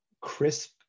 crisp